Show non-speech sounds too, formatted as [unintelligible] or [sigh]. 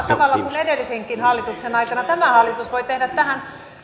[unintelligible] tavalla kuin edellisenkin hallituksen aikana tämä hallitus voi tehdä tähän